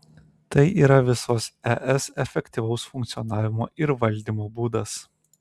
tai yra visos es efektyvaus funkcionavimo ir valdymo būdas